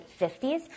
50s